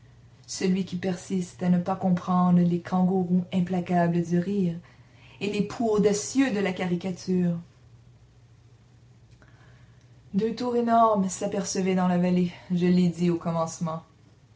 celui qui persiste à ne pas comprendre les kanguroos implacables du rire et les poux audacieux de la caricature deux tours énormes s'apercevaient dans la vallée je l'ai dit au commencement